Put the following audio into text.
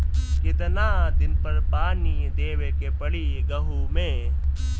कितना दिन पर पानी देवे के पड़ी गहु में?